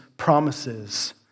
promises